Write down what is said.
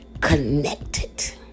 Connected